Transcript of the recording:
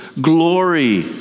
glory